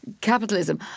Capitalism